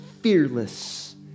fearless